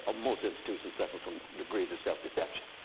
ah most institutions suffer from degrees of self-deception.